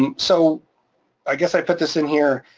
um so i guess i put this in here.